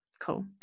cool